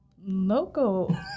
local